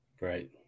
Right